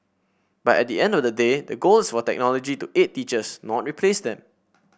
but at the end of the day the goal is for technology to aid teachers not replace them